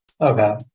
Okay